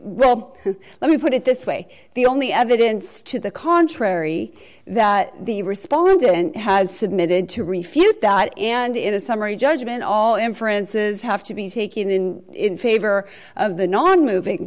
well let me put it this way the only evidence to the contrary that the respondent has submitted to refute that and in a summary judgment all inferences have to be taken in favor of the nonmoving